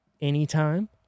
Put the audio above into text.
anytime